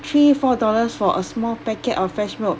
three four dollars for a small packet of fresh milk